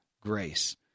grace